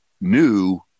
new